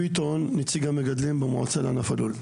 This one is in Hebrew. נציג המגדלים, המועצה לענף הלול.